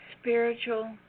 Spiritual